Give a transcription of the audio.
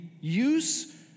use